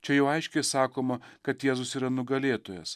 čia jau aiškiai sakoma kad jėzus yra nugalėtojas